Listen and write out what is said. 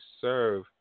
serve